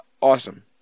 awesome